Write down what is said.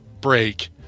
break